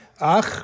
Ach